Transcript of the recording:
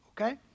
Okay